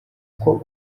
uko